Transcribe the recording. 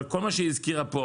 אבל כל מה שהיא הזכירה פה,